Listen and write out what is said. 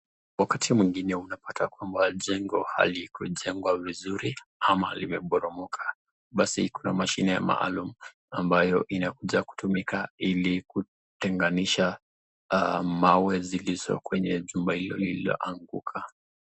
Wakati mwingine unapata kwamba mgengo halijajengwa vizuri, ama limeboromoka, basi kuna mashini maalum ambayo inakuja ili kutenganisha mawe zilizo kwenye chumba hilo liloanguka.